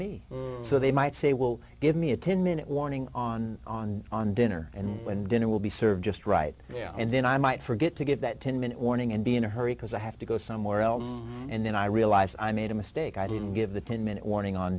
please me so they might say well give me a ten minute warning on on on dinner and when dinner will be served just right and then i might forget to give that ten minute warning and be in a hurry because i have to go somewhere else and then i realize i made a mistake i didn't give the ten minute warning on